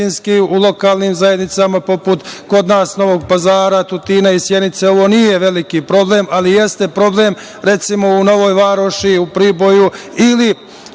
u lokalnim zajednicama, poput Novog Pazara, Tutina i Sjenice, ovo nije veliki problem, ali jeste problem, recimo, u Novoj Varoši, u Priboju ili